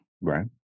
right